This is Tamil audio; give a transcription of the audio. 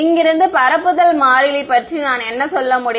இங்கிருந்து பரப்புதல் மாறிலி பற்றி நான் என்ன சொல்ல முடியும்